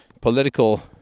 political